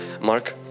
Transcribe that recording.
Mark